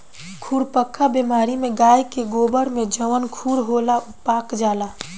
खुरपका बेमारी में गाय के गोड़ में जवन खुर होला उ पाक जाला